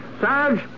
Sarge